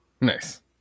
nice